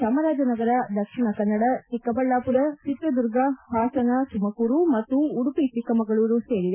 ಚಾಮರಾಜನಗರ ದಕ್ಷಿಣ ಕನ್ನಡ ಚಿಕ್ಕಬಳ್ಳಾಪುರ ಚಿತ್ರದುರ್ಗ ಹಾಸನ ತುಮಕೂರು ಮತ್ತು ಉಡುಪಿ ಚಿಕ್ಕಮಗಳೂರು ಸೇರಿವೆ